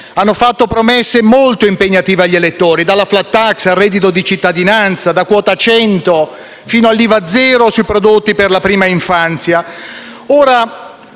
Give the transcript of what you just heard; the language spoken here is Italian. hanno fatto promesse molto impegnative agli elettori, dalla *flat tax*, al reddito di cittadinanza, da quota 100, fino all'IVA zero sui prodotti della prima infanzia.